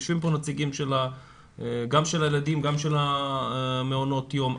יושבים פה נציגים גם של הילדים וגם של מעונות היום,